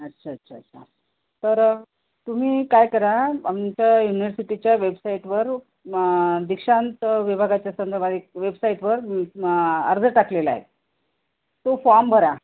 अच्छा अच्छा अच्छा तर तुम्ही काय करा आमच्या युनिवर्सिटीच्या वेबसाईटवर दीक्षांत विभागाच्या संदर्भात एक वेबसाईटवर अर्ज टाकलेला आहे तो फॉर्म भरा